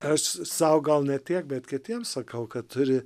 aš sau gal ne tiek bet kitiem sakau kad turi